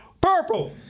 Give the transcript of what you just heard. Purple